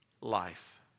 life